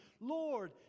Lord